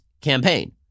campaign